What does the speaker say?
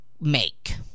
make